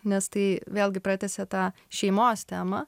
nes tai vėlgi pratęsia tą šeimos temą